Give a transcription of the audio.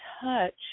touch